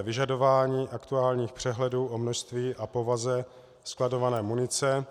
Vyžadování aktuálních přehledů o množství a povaze skladované munice.